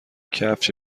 کفش